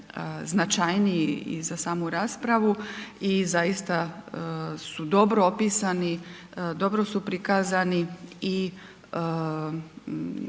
značajniji i za samu raspravu i zaista su dobro opisani, dobro su prikazani i